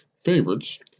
favorites